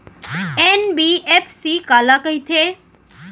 NBFC काला कहिथे?